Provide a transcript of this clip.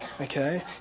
Okay